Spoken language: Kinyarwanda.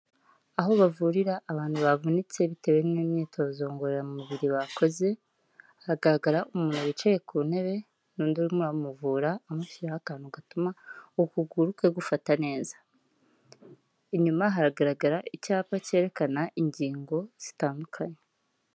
Aho bavurira abantu bavunitse bitewe n'imyitozo ngororamubiri bakoze, hagaragara umuntu wicaye ku ntebe, n'undi urimo umuvura, amushyiraho akantu gatuma ukuguru kwe gufata neza. Inyuma haragaragara icyapa cyerekana ingingo zitandukanye.